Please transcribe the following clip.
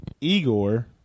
Igor